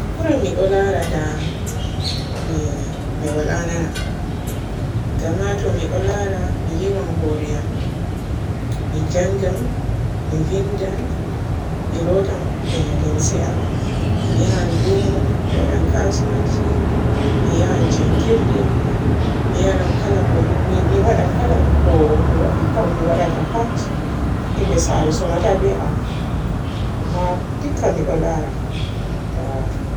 Buran mi ɗo laara da mi-mi waala nana, gama to mi ɗo laara mi yiwaan hoore am, mi njanngan, mi vindan, mi luutan e limse am, mi ya luumu, mi waadan kauwanci, mi yahan njanngirde, mi yara kala-mi waadan kala ko mi wadi pat ko mi waadata pat himɓe saare somata be am amma. Dikka mi ɗo laara da.